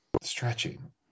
stretching